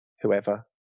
whoever